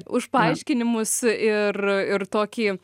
už paaiškinimus ir ir tokį